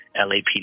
LAPD